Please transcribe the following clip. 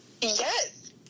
Yes